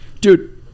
Dude